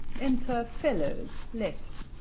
enter fellows, left.